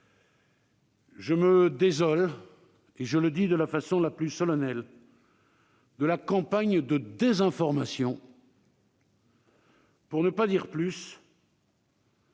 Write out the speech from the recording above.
Je me désole, et je le dis de la manière la plus solennelle, de la campagne de désinformation, pour ne pas dire plus,